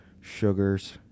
sugars